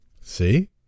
See